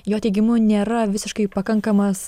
jo teigimu nėra visiškai pakankamas